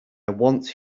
want